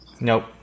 Nope